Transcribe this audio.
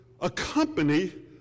accompany